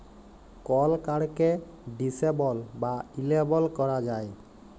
call কাড়কে disable বা enable ক্যরা যায়